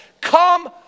come